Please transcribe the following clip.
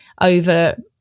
over